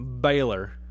Baylor